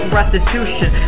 restitution